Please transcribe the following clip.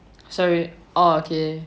sorry orh okay